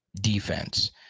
defense